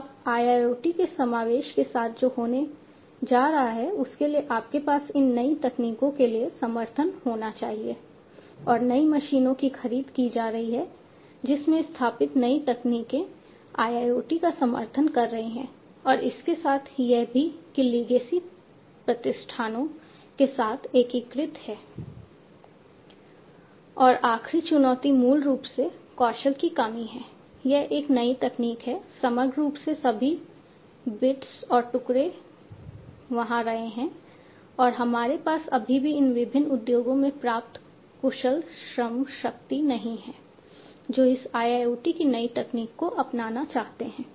और आखिरी चुनौती मूल रूप से कौशल की कमी है यह एक नई तकनीक है समग्र रूप से सभी बिट्स और टुकड़े वहाँ रहे हैं और हमारे पास अभी भी इन विभिन्न उद्योगों में पर्याप्त कुशल श्रमशक्ति नहीं है जो इस IIoT की नई तकनीक को अपनाना चाहते हैं